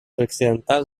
occidental